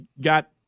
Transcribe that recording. got